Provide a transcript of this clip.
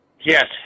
Yes